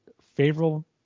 favorable